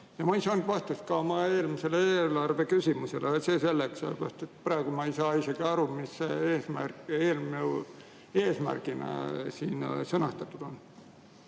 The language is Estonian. ma ei saanud vastust ka oma eelmisele, eelarveküsimusele. Aga see selleks. Praegu ma ei saa isegi aru, mis selle eelnõu eesmärgina sõnastatud on.